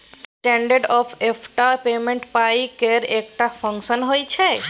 standard of deferred payment पाइ केर एकटा फंक्शन होइ छै